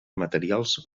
materials